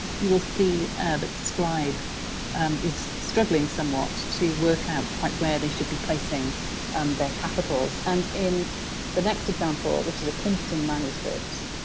you will see that the scribe is struggling somewhat to work out quite where they should be placing um their capitals. and, in the next example, which is a plimpton manuscript,